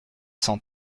cent